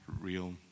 real